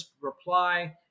reply